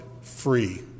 free